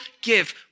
give